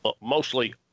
mostly